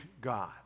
God